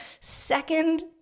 second